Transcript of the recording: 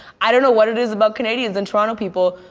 i don't know what it is about canadians and toronto people,